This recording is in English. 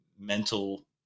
mental